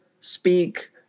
speak